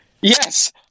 yes